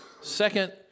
Second